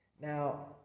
Now